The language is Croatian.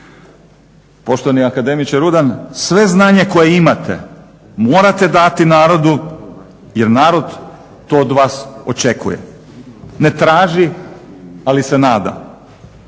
Poštovani akademiče Rudan, sve znanje koje imate morate dati narodu jer narod to od vas očekuje. Ne traži ali se nada,